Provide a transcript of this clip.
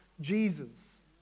Jesus